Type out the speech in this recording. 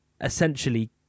essentially